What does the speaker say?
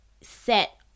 set